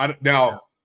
Now